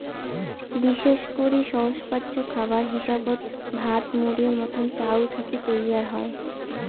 বিশেষ করি সহজপাচ্য খাবার হিসাবত ভাত, মুড়ির মতন চাউল থাকি তৈয়ার হই